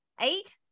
eight